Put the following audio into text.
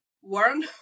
One